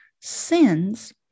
sins